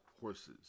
horses